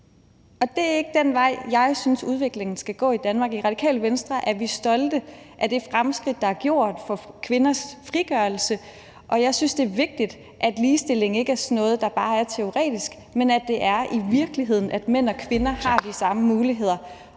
Og det er ikke den vej, jeg synes udviklingen skal gå i Danmark. I Radikale Venstre er vi stolte af de fremskridt, der er gjort, for kvinders frigørelse, og jeg synes, det er vigtigt, at ligestilling ikke er sådan noget, der bare er teoretisk, men at det er i virkeligheden, at mænd og kvinder har de samme muligheder,